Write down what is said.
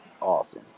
awesome